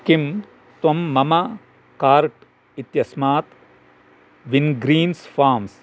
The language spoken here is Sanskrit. किम् त्वं मम कार्ट् इत्यस्मात् विंग्रीन्स् फार्म्स्